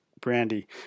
brandy